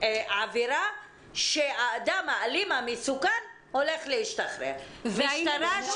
העבירה שהאדם האלים והמסוכן הולך להשתחרר משטרה,